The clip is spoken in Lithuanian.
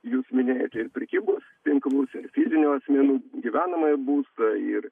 jūsų minėti ir prekybos tinklus ir fizinių asmenų gyvenamąjį būstą ir